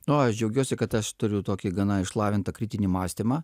nu aš džiaugiuosi kad aš turiu tokį gana išlavintą kritinį mąstymą